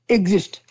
Exist